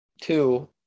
two